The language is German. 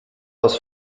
aus